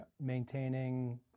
maintaining